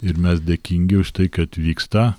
ir mes dėkingi už tai kad vyksta